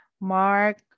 Mark